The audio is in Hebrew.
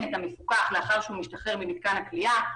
את המפוקח לאחר שהוא משתחרר ממתקן הכליאה.